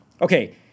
okay –